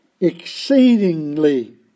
exceedingly